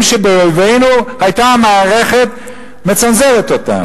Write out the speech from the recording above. שבאויבינו היתה המערכת מצנזרת אותן,